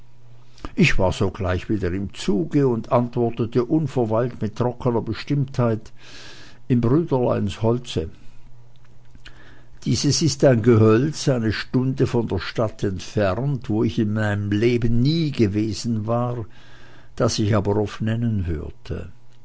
ich war sogleich wieder im zuge und antwortete unverweilt mit trockener bestimmtheit im brüderleinsholze dieses ist ein gehölz eine stunde von der stadt entfernt wo ich in meinem leben nie gewesen war das ich aber oft nennen hörte